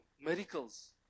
miracles